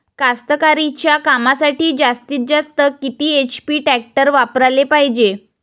कास्तकारीच्या कामासाठी जास्तीत जास्त किती एच.पी टॅक्टर वापराले पायजे?